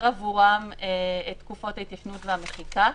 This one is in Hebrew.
עבורם את תקופות ההתיישנות והמחיקה.